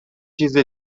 چیز